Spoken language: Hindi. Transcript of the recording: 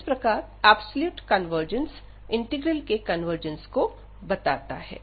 इस प्रकार एब्सोल्यूट कन्वर्जन्स इंटीग्रल के कन्वर्जन्स को बताता है